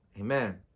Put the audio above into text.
Amen